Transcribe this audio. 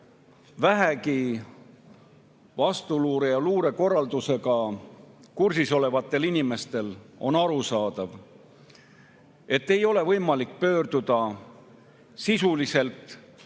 Vähegi vastuluure ja luurekorraldusega kursis olevatele inimestele on arusaadav, et ei ole võimalik pöörduda sisuliselt meie